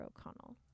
O'Connell